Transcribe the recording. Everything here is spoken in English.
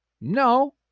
No